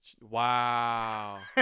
Wow